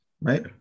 right